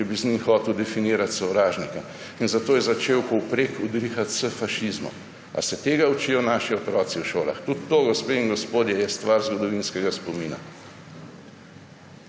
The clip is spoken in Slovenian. če bi z njim hotel definirati sovražnika. In zato je začel povprek udrihati s fašizmom. Ali se tega učijo naši otroci v šolah? Tudi to, gospe in gospodje, je stvar zgodovinskega spomina.